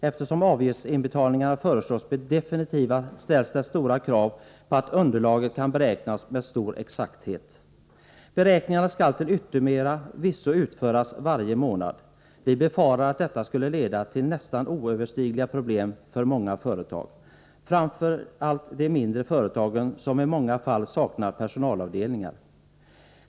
Eftersom avgiftsinbetalningarna förslås bli definitiva, ställs det stora krav på att underlaget kan beräknas med stor exakthet. Beräkningarna skall till yttermera visso utföras varje månad. Vi befarar att detta skulle leda till nästan oöverstigliga problem för många företag, framför allt de mindre företagen, som i många fall saknar personalavdelningar.